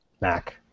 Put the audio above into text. Mac